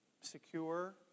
Secure